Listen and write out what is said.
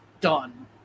done